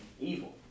evil